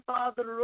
Father